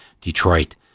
Detroit